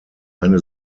eine